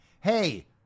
hey